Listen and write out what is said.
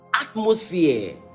atmosphere